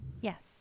Yes